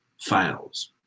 fails